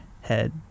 head